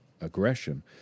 Aggression